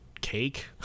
cake